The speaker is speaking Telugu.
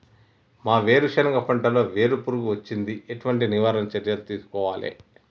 మా వేరుశెనగ పంటలలో వేరు పురుగు వచ్చింది? ఎటువంటి నివారణ చర్యలు తీసుకోవాలే?